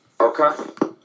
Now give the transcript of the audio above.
Okay